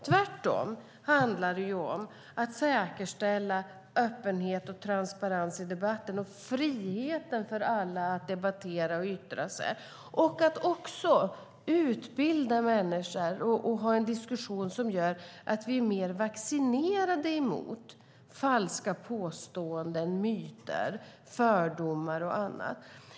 Tvärtom handlar det om att säkerställa öppenhet och transparens i debatten liksom frihet för alla att debattera och yttra sig. Det handlar också om att utbilda människor och ha en diskussion som gör att vi är mer "vaccinerade" mot falska påståenden, myter, fördomar och annat.